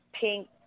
pink